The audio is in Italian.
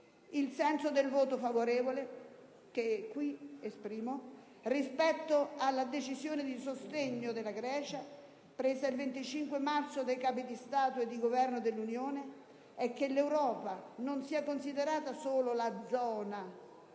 Il senso del voto favorevole che qui esprimo rispetto alla decisione di sostegno della Grecia assunta il 25 marzo dai Capi di Stato e di Governo dell'Unione è che l'Europa non sia considerata solo la zona